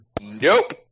Nope